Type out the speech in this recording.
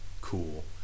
cool